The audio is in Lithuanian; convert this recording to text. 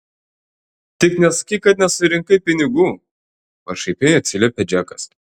tik nesakyk kad nesurinkai pinigų pašaipiai atsiliepia džekas